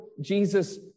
Jesus